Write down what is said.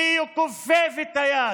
מי יכופף את היד